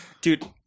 Dude